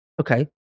Okay